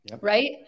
right